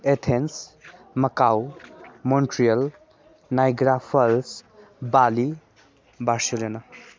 Athens Macau Montreal Niagara Falls Bali Barcelona